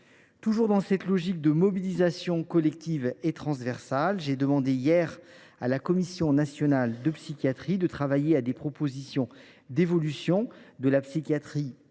Toujours dans cette logique de mobilisation collective et transversale, j’ai demandé hier à la Commission nationale de la psychiatrie d’élaborer des propositions d’évolution de la psychiatrie de